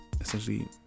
essentially